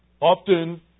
Often